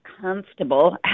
comfortable